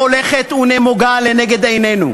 שהולכת ונמוגה לנגד עינינו.